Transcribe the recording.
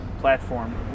platform